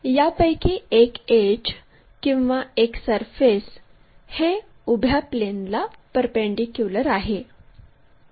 यापैकी एक एड्ज किंवा एक सरफेस हे उभ्या प्लेनला परपेंडीक्युलर आहे